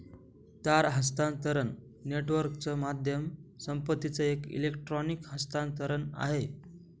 तार हस्तांतरण नेटवर्कच माध्यम संपत्तीचं एक इलेक्ट्रॉनिक हस्तांतरण आहे